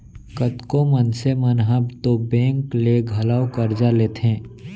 कतको मनसे मन ह तो बेंक ले घलौ करजा लेथें